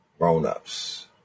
Grown-ups